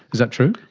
is that true?